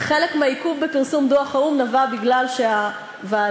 וחלק מהעיכוב בפרסום דוח האו"ם נבע מכך שהוועדה